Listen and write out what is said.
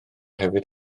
hefyd